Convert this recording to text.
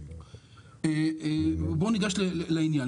בואו ניגש לעניין.